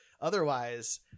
otherwise